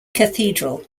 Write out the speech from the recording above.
cathedral